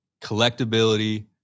collectability